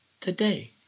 today